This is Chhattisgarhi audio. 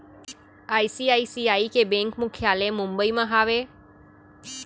आई.सी.आई.सी.आई के बेंक मुख्यालय मुंबई म हावय